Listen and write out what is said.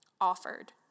offered